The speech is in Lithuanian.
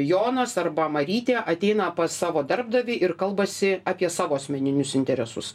jonas arba marytė ateina pas savo darbdavį ir kalbasi apie savo asmeninius interesus